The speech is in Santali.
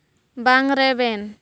ᱵᱟᱝ ᱨᱮᱵᱮᱱ